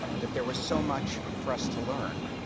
that there was so much for us to learn.